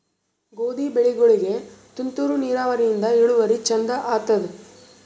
ಗೋಧಿ ಬೆಳಿಗೋಳಿಗಿ ತುಂತೂರು ನಿರಾವರಿಯಿಂದ ಇಳುವರಿ ಚಂದ ಆತ್ತಾದ?